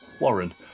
Warren